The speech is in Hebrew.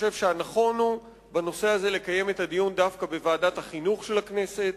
הנכון בנושא הזה הוא לקיים את הדיון דווקא בוועדת החינוך של הכנסת